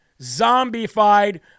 zombified